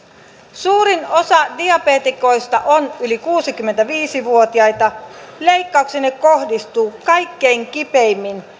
suurin osa diabeetikoista on yli kuusikymmentäviisi vuotiaita leikkauksenne kohdistuu kaikkein kipeimmin